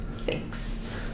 Thanks